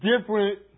different